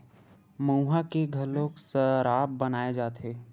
मउहा के घलोक सराब बनाए जाथे